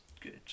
good